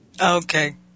Okay